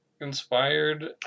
Inspired